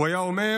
הוא היה אומר,